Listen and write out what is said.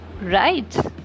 right